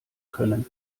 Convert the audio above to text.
können